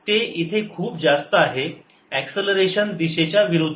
ते इथे खूप जास्त आहे एक्सलरेशन दिशेच्या विरुद्ध